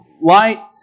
light